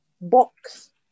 box